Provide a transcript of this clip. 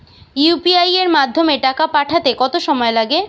UPI এর মাধ্যমে টাকা পাঠাতে কত সময় লাগে?